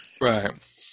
Right